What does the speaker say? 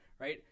right